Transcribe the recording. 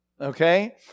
Okay